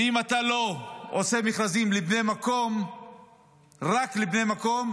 ואם אתה לא עושה מכרזים לבני המקום רק לבני המקום,